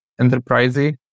enterprisey